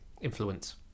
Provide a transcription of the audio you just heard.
Influence